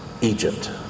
Egypt